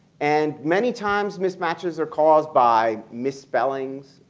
and many times mismatches are caused by ms. spellings,